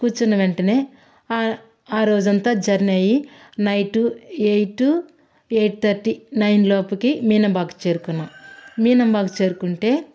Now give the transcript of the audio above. కూర్చున్న వెంటనే ఆ రోజంతా జర్నీ అయ్యి night eight eight thirty nine లోపల మీనంబాకం చేరుకున్నాం మీనంబాకం చేరుకుంటే